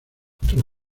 tus